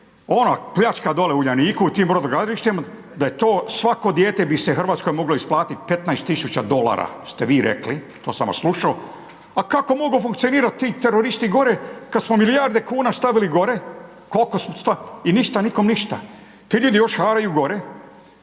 ona pljačka dolje u Uljaniku i tim brodogradilištem, da je to svako dijete bi se Hrvatskoj moglo isplatiti 15 000 dolara, ste vi rekli, to sam vas slušao, a kako mogu funkcionirati ti teroristi gore kad smo milijarde kuna stavili gore, koliko, šta, i ništa, nikom ništa. Ti ljudi još haraju gore,